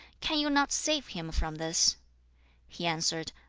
can you not save him from this he answered,